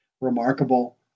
remarkable